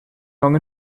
long